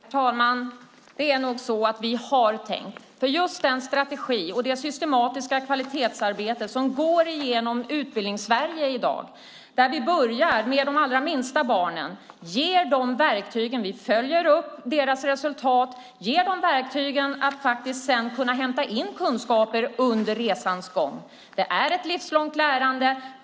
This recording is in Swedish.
Herr talman! Det är nog så att vi har tänkt. Vi har en strategi och ett systematiskt kvalitetsarbete i hela Utbildningssverige i dag. Vi börjar med de allra minsta barnen, följer upp deras resultat, ger dem verktygen för att kunna hämta in kunskaper under resans gång. Det är ett livslångt lärande.